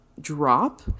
drop